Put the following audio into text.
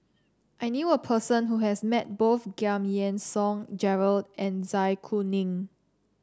I knew a person who has met both Giam Yean Song Gerald and Zai Kuning